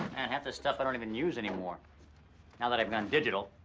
half this stuff, i don't even use anymore now that i've gone digital.